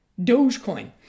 Dogecoin